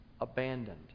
Abandoned